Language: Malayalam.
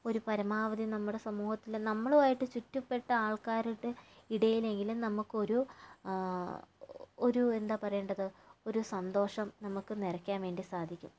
ഒരു പരമാവധി നമ്മുടെ സമൂഹത്തില് നമ്മളുമായിട്ട് ചുറ്റപ്പെട്ട ആൾക്കാരുടെ ഇടയിലെങ്കിലും നമുക്കൊരു ഒരു എന്താപറയേണ്ടത് ഒരു സന്തോഷം നമുക്ക് നിറയ്ക്കാൻ വേണ്ടി സാധിക്കും